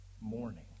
morning